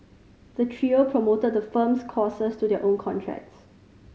the trio promoted the firm's courses to their own contacts